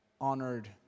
honored